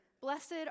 Blessed